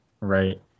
right